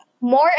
more